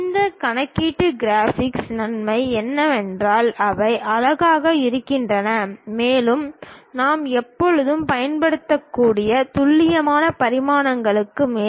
இந்த கணக்கீட்டு கிராபிக்ஸ் நன்மை என்னவென்றால் அவை அழகாக இருக்கின்றன மேலும் நாம் எப்போதும் பயன்படுத்தக்கூடிய துல்லியமான பரிமாணங்களுக்கு மேல்